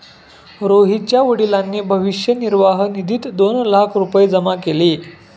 रोहितच्या वडिलांनी भविष्य निर्वाह निधीत दोन लाख रुपये जमा केले